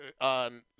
on